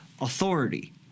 authority